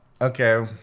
Okay